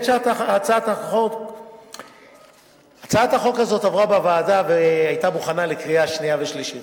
הצעת החוק הזאת עברה בוועדה והיתה מוכנה לקריאה שנייה ושלישית.